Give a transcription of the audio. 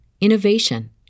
innovation